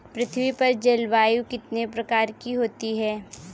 पृथ्वी पर जलवायु कितने प्रकार की होती है?